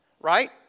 Right